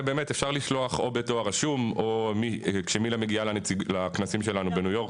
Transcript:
ובאמת אפשר לשלוח או בדואר רשום או כשמילה מגיעה לכנסים שלנו בניו יורק,